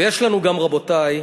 ויש לנו גם, רבותי,